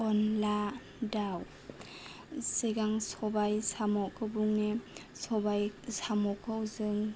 अन्ला दाव सिगां सबाय साम'खौ बुंनि सबाय साम'खौ जों